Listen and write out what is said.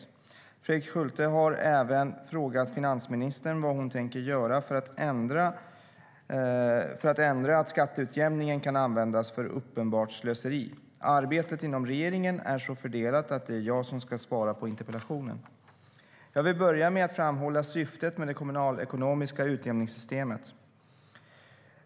Fredrik Schulte har även frågat finansministern vad hon tänker göra för att ändra att skatteutjämningen kan användas för uppenbart slöseri. Arbetet inom regeringen är så fördelat att det är jag som ska svara på interpellationen. Jag vill börja med att framhålla syftet med det kommunalekonomiska utjämningssystemet.